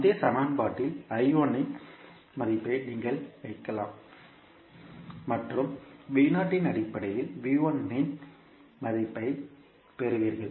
முந்தைய சமன்பாட்டில் இன் மதிப்பை நீங்கள் வைக்கலாம் மற்றும் இன் அடிப்படையில் இன் மதிப்பைப் பெறுவீர்கள்